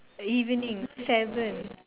evening seven